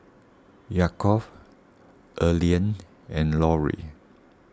Yaakov Earlean and Lorrie